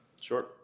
Sure